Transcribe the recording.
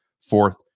fourth